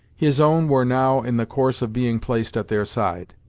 his own were now in the course of being placed at their side.